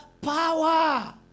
power